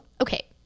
okay